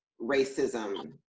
racism